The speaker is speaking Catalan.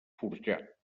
forjat